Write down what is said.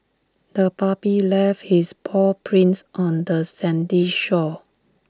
the puppy left his paw prints on the sandy shore